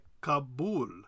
Kabul